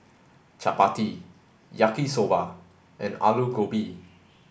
Chapati Yaki soba and Alu Gobi